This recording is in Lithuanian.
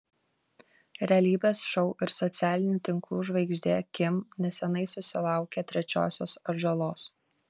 realybės šou ir socialinių tinklų žvaigždė kim neseniai susilaukė trečiosios atžalos